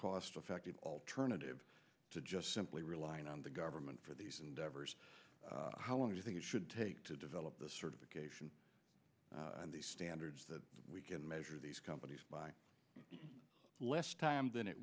cost effective alternative to just simply relying on the government for these endeavors how long do you think it should take to develop the certification and the standards that we can measure these companies buy less time